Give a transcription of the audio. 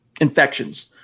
infections